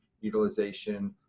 utilization